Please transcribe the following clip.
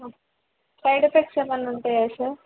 side effects ఏమైనా ఉంటాయా sir